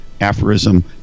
aphorism